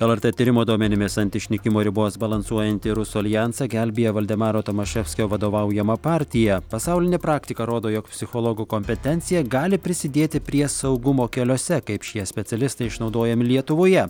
lrt tyrimo duomenimis ant išnykimo ribos balansuojanti rusų aljansą gelbėja valdemaro tomaševskio vadovaujama partija pasaulinė praktika rodo jog psichologų kompetencija gali prisidėti prie saugumo keliuose kaip šie specialistai išnaudojami lietuvoje